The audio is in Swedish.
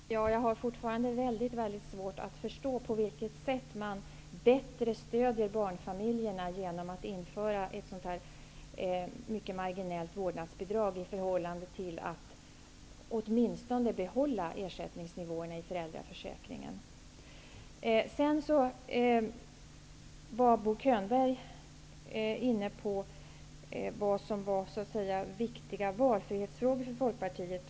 Herr talman! Jag har fortfarande mycket svårt att förstå att man stöder barnfamiljerna på ett bättre sätt om man inför ett mycket marginellt vårdnadsbidrag, jämfört med att åtminstone behålla ersättningsnivåerna i föräldraförsäkringen. Bo Könberg var tidigare inne på vad som var viktiga valfrihetsfrågor för Folkpartiet.